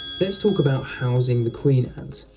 let's talk about housing the queen ant.